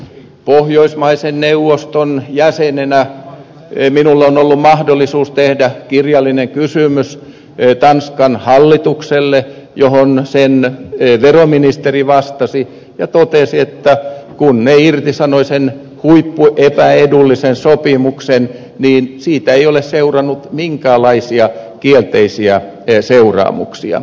pohjoismaiden neuvoston jäsenenä minulla on ollut mahdollisuus tehdä kirjallinen kysymys tanskan hallitukselle johon sen veroministeri vastasi ja totesi että kun he irtisanoivat sen huippuepäedullisen sopimuksen siitä ei ole seurannut minkäänlaisia kielteisiä seuraamuksia